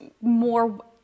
more